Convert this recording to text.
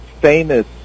famous